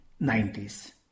90s